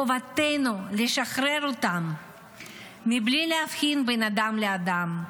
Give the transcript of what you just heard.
חובתנו לשחרר אותם בלי להבחין בין אדם לאדם,